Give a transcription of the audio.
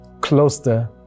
closer